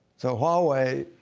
so huawei,